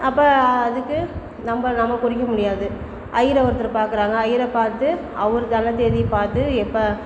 அப்போ அதுக்கு நம்ம நம்ம குறிக்க முடியாது ஐயரை ஒருத்தரை பார்க்கறாங்க ஐயரை பார்த்து அவர் நல்ல தேதியை பார்த்து எப்போ